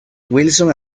wilson